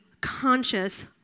conscious